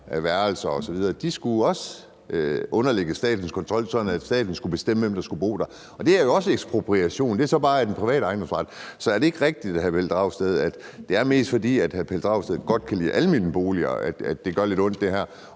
af værelser osv. også skulle underlægges statens kontrol, sådan at staten skulle bestemme, hvem der skulle bo der. Og det er jo også ekspropriation, men det er så bare i den private ejendomsret. Så er det ikke rigtigt, hr. Pelle Dragsted, at det er mest, fordi hr. Pelle Dragsted godt kan lide almene boliger, at det her gør lidt ondt, og at hr.